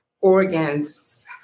Organs